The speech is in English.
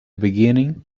beginning